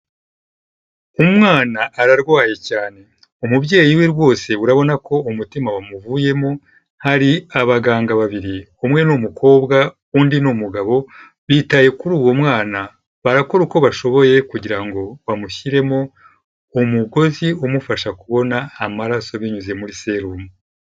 Umwana ararwaye cyane, umubyeyi we rwose urabona ko umutima wamuvuyemo, hari abaganga babiri umwe ni umukobwa undi ni umugabo, bitaye kuri uwo mwana barakora uko bashoboye kugira ngo bamushyiremo umugozi umufasha kubona amaraso binyuze muri serumu.